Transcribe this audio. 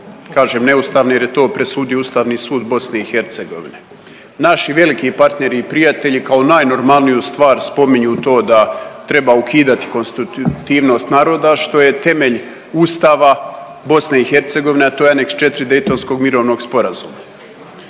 kažem neustavni jer je to presudio Ustavni sud BiH. Naši veliki partneri i prijatelji kao najnormalniju stvar spominju to da treba ukidati konstitutivnost naroda što je temelj Ustava BiH, a to je aneks 4. Daytonskog mirovnog sporazuma.